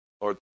Lord